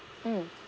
mm